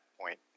point